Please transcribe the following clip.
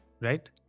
Right